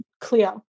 clear